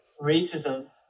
racism